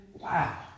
Wow